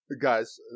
Guys